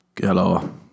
Hello